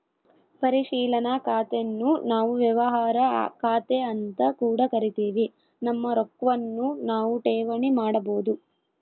ಪರಿಶೀಲನಾ ಖಾತೆನ್ನು ನಾವು ವ್ಯವಹಾರ ಖಾತೆಅಂತ ಕೂಡ ಕರಿತಿವಿ, ನಮ್ಮ ರೊಕ್ವನ್ನು ನಾವು ಠೇವಣಿ ಮಾಡಬೋದು